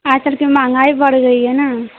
आजकल क्या महंगाई बढ़ गई है न